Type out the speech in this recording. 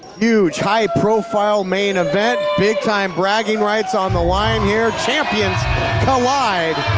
huge high profile main event. big time bragging rights on the line here. champions collide.